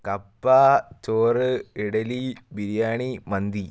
കപ്പ ചോറ് ഇഡ്ഡലി ബിരിയാണി മന്തി